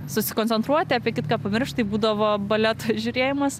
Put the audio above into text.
susikoncentruoti apie kitką pamiršt tai būdavo baleto žiūrėjimas